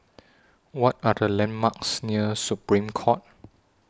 What Are The landmarks near Supreme Court